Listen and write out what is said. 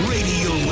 Radio